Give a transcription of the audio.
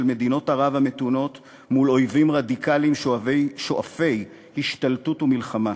מדינות ערב המתונות מול אויבים רדיקליים שואפי השתלטות ומלחמה.